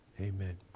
Amen